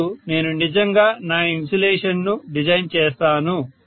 అప్పుడు నేను నిజంగా నా ఇన్సులేషన్ను డిజైన్ చేస్తాను